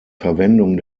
verwendung